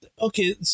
Okay